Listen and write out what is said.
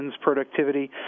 productivity